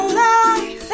life